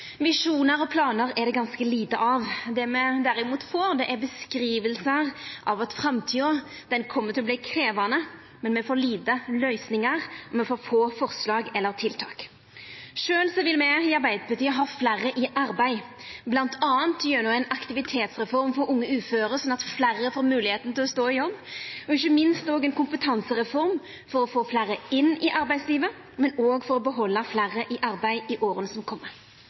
Visjonar og planar er det ganske lite av. Det me derimot får, er beskrivingar av at framtida kjem til å verta krevjande. Men me får få løysingar, og me får få forslag eller tiltak. Sjølv vil me i Arbeidarpartiet ha fleire i arbeid, bl.a. gjennom ei aktivitetsreform for unge uføre, slik at fleire får moglegheit til å stå i jobb, og ikkje minst ei kompetansereform for å få fleire inn i arbeidslivet, men òg for å halda fleire i arbeid i åra som